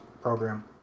program